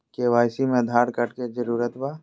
KYC में Aadhaar card के जरूरत बा?